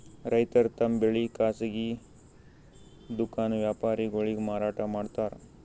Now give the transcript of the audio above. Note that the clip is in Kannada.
ರೈತರ್ ತಮ್ ಬೆಳಿ ಖಾಸಗಿ ದುಖಾನ್ ವ್ಯಾಪಾರಿಗೊಳಿಗ್ ಮಾರಾಟ್ ಮಾಡ್ತಾರ್